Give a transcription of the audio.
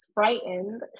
Frightened